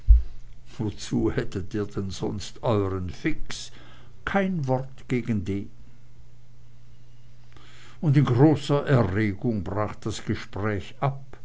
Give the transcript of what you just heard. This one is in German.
wozu hättet ihr sonst euern fix kein wort gegen den und in großer erregung brach das gespräch ab